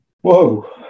Whoa